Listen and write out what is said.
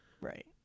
right